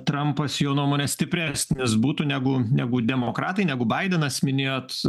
trampas jo nuomone stipresnis būtų negu negu demokratai negu baidenas minėjot